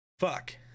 fuck